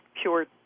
pure